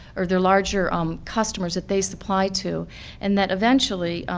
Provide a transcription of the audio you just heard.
or their larger um customers that they supply to and that eventually,